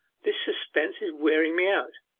this suspense is wearing me out.